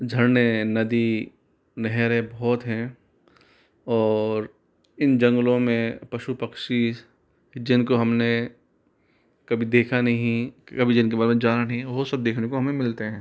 झरनें नदी नहरें बहुत हैं और इन जंगलों में पशु पक्षी जिनको हमने कभी देखा नहीं कभी जिनके बारे में जाना नहीं वह सब देखने को हमें मिलते हैं